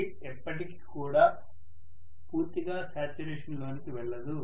air ఎప్పటికీ కూడా పూర్తిగా శాచ్యురేషన్ లోనికి వెళ్లదు